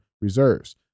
Reserves